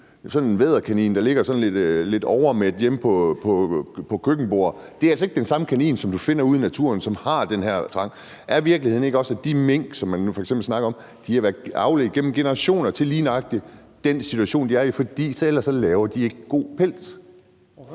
Sådan en vædderkanin, der ligger sådan lidt overmæt hjemme på køkkenbordet, er altså ikke den samme kanin, som du finder ude i naturen, som har den her trang. Er virkeligheden ikke også, at de mink, som man nu f.eks. snakker om, har været avlet igennem generationer til lige nøjagtig den situation, de er i? For ellers laver de ikke god pels.